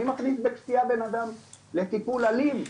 מי מכניס בכפייה בן אדם לטיפול אלים?